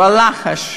בלחש,